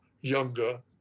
younger